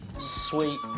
sweet